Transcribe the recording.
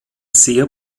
sehr